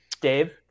Dave